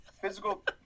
Physical